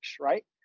right